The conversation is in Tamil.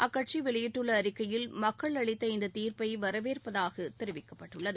அக்கட்சி வெளியிட்டுள்ள அறிக்கையில் மக்கள் அளித்த இந்தத் தீர்ப்பை வரவேற்பதாக தெரிவிக்கப்பட்டுள்ளது